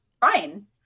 fine